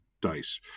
dice